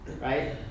Right